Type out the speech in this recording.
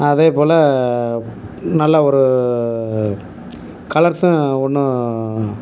அதேபோல் நல்ல ஒரு கலர்ஸும் ஒன்றும்